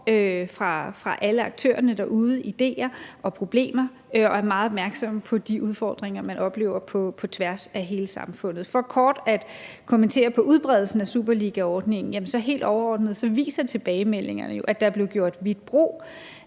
fra alle aktørerne derude, i forhold til idéer og problemer, og vi er meget opmærksomme på de udfordringer, man oplever på tværs af hele samfundet. For kort at kommentere på udbredelsen af superligaordningen viser tilbagemeldingerne jo helt overordnet, at der blev gjort vidt brug